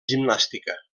gimnàstica